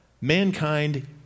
Mankind